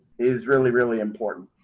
is really, really important.